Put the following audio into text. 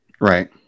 right